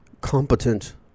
competent